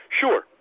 Sure